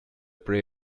pre